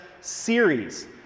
series